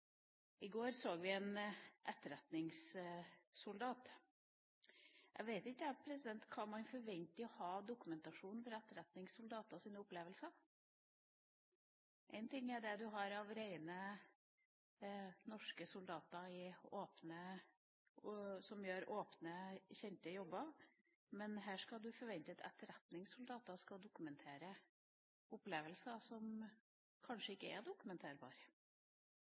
I går så vi om en etterretningssoldat. Jeg vet ikke hva man forventer å ha av dokumentasjon på etterretningssoldaters opplevelser. En ting er det du har av norske soldater som gjør åpne, kjente jobber, men her skal man forvente at etterretningssoldater skal dokumentere opplevelser som kanskje ikke er